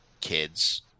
kids